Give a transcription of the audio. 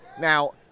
Now